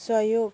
सहयोग